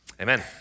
amen